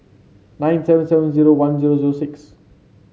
nine seven seven zero one zero zero six